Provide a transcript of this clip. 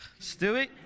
Stewie